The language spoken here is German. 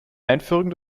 einführung